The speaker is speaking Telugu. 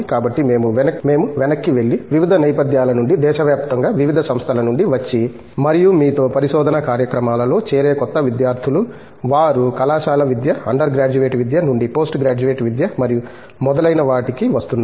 కాబట్టి మేము వెనక్కి వెళ్లి వివిధ నేపథ్యాల నుండి దేశవ్యాప్తంగా వివిధ సంస్థల నుండి వచ్చి మరియు మీతో పరిశోధనా కార్యక్రమాలలో చేరే కొత్త విద్యార్థులు వారు కళాశాల విద్య అండర్ గ్రాడ్యుయేట్ విద్య నుండి పోస్ట్ గ్రాడ్యుయేట్ విద్య మరియు మొదలైన వాటికి వస్తున్నారు